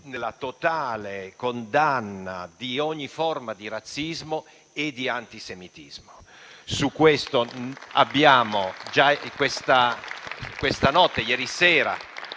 totale condanna di ogni forma di razzismo e di antisemitismo.